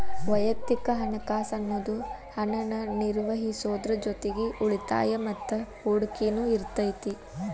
ವಯಕ್ತಿಕ ಹಣಕಾಸ್ ಅನ್ನುದು ಹಣನ ನಿರ್ವಹಿಸೋದ್ರ್ ಜೊತಿಗಿ ಉಳಿತಾಯ ಮತ್ತ ಹೂಡಕಿನು ಇರತೈತಿ